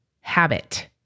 habit